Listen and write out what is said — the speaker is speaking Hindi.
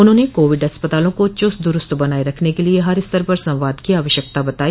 उन्होंने कोविड अस्पतालों को चुस्त दुरूस्त बनाये रखने के लिये हर स्तर पर संवाद की आवश्यकता बताई